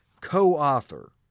co-author